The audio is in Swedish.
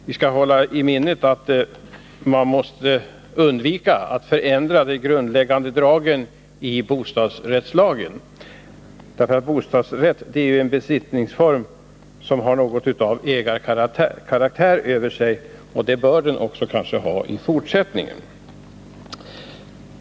Vi skall hålla i minnet att man måste undvika att förändra de grundläggande dragen i bostadsrättslagen. Bostadsrätt är en besittningsform som har något av ägandekaraktär, och det bör den kanske också i fortsättningen ha.